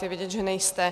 Je vidět, že nejste.